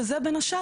שזה בין השאר,